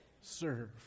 Serve